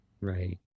right